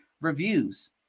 reviews